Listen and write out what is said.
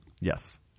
Yes